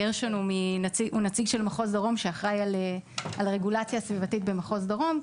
גרשון הוא נציג של מחוז דרום שאחראי על הרגולציה הסביבתית במחוז דרום,